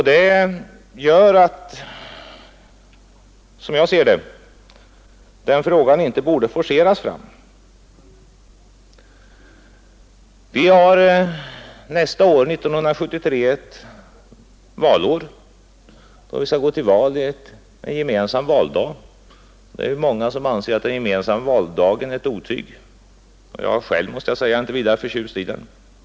Det gör att frågan, som jag ser det, inte borde forceras fram. Vi har nästa år, 1973, ett valår, då vi skall gå till val med en gemensam valdag. Det är ju många som anser att den gemensamma valdagen är ett otyg, och jag är själv, måste jag säga, inte vidare förtjust i den.